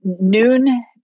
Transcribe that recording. noon